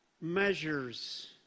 measures